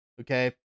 okay